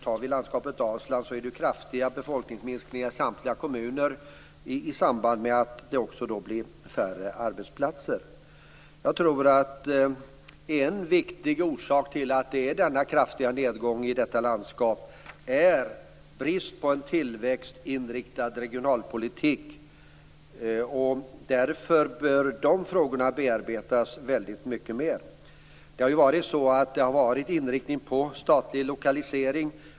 Tar vi landskapet Dalsland är det kraftiga befolkningsminskningar i samtliga kommuner i samband med att det blir färre arbetsplatser. Jag tror att en viktig orsak till denna kraftiga nedgång i detta landskap är brist på en tillväxtinriktad regionalpolitik. Därför bör de frågorna bearbetas väldigt mycket mer. Det har varit en inriktning på statlig lokalisering.